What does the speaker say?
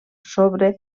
sobre